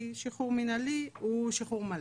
כי שחרור מינהלי הוא שחרור מלא.